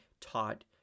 taught